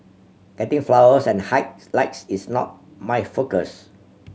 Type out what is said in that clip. getting followers and hike likes is not my focus